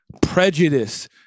prejudice